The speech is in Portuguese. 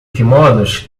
quimonos